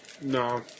No